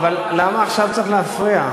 אבל למה עכשיו צריך להפריע?